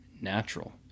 natural